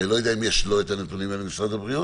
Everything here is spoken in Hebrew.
אני לא יודע אם יש לו את הנתונים האלו ממשרד הבריאות,